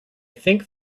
think